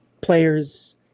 players